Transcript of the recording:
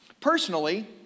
Personally